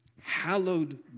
hallowed